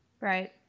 Right